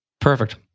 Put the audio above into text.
Perfect